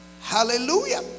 Hallelujah